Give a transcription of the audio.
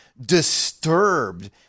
disturbed